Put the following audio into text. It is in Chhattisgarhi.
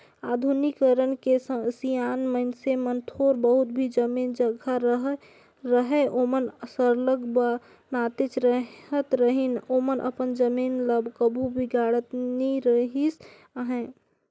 आधुनिकीकरन के सियान मइनसे मन थोर बहुत भी जमीन जगहा रअहे ओमन सरलग बनातेच रहत रहिन ओमन अपन जमीन ल कभू बिगाड़त नी रिहिस अहे